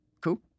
Cool